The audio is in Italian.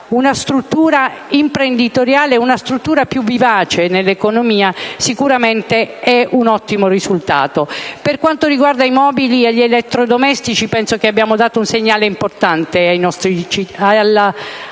una struttura imprenditoriale più vivace nell'economia, sicuramente è un ottimo risultato. Per quanto riguarda i mobili e gli elettrodomestici, penso che abbiamo dato un segnale importante a tutta